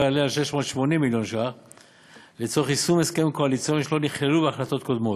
לצורך יישום הסכמים קואליציוניים שלא נכללו בהחלטות קודמות.